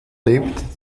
lebt